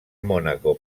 mònaco